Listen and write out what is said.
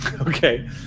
Okay